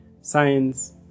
Science